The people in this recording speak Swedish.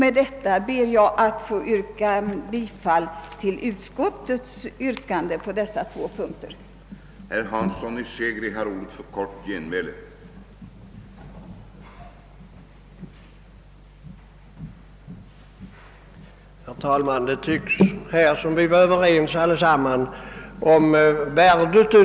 Med det anförda ber jag att få yrka bifall till utskottets hemställan i de båda punkter som förevarande reservationer avser.